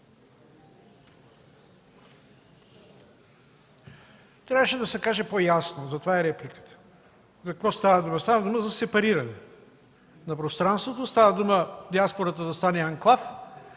Трябваше да се каже по-ясно – затова е репликата, за какво става въпрос. Става дума за сепариране на пространството, става дума диаспората да стане анклав,